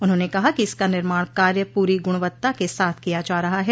उन्होंने कहा कि इसका निर्माण कार्य पूरी गुणवत्ता के साथ किया जा रहा है